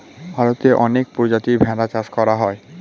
ভারতে অনেক প্রজাতির ভেড়া চাষ করা হয়